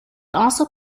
also